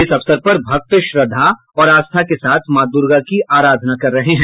इस अवसर पर भक्त श्रद्धा और आस्था के साथ माँ दुर्गा की आराधना कर रहे हैं